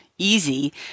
easy